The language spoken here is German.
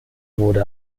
wurde